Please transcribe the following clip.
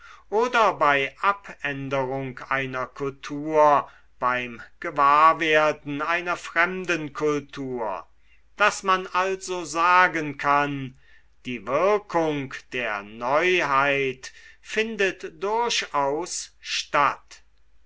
oder bei abänderung einer kultur beim gewahrwerden einer fremden kultur daß man also sagen kann die wirkung der neuheit findet durchaus statt